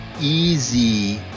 easy